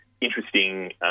interesting